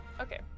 Okay